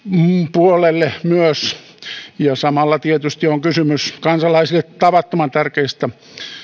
puolelle samalla tietysti on kysymys kansalaisille tavattoman tärkeistä